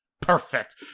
perfect